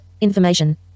Information